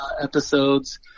episodes